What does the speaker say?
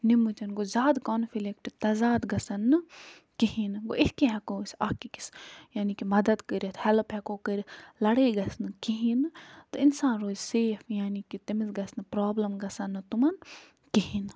نِمٕتۍ گوٚو زیادٕ کَنفِلِکٹ تضاد گژھَن نہٕ کِہیٖنۍ نہٕ گوٚو یِتھ کٔنۍ ہٮ۪کَو أسۍ اَکھ أکِس یعنی کہِ مدتھ کٔرِتھ ہٮ۪لٕپ ہٮ۪کَو کٔرِتھ لَڑٲے گژھِ نہٕ کِہیٖنۍ نہٕ تہٕ اِنسان روزِ سیف یعنی کہ تٔمِس گژھِ نہٕ پرٛابلَم گژھَن نہٕ تِمَن کِہیٖنۍ نہٕ